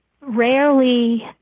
rarely